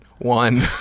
one